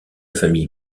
famille